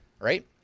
right